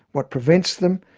what prevents them,